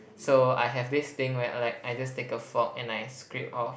so I have this thing where like I just take a fork and I scrape off